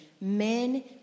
Men